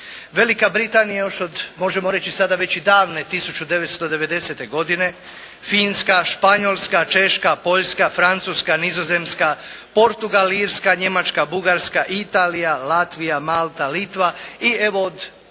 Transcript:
Velika Britanija još od, možemo sada reći već i davne 1990. godine, Finska, Španjolska, Češka, Poljska, Francuska, Nizozemska, Portugal, Irska, Njemačka, Bugarska, Italija, Latvija, Malta, Litva i evo od,